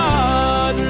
God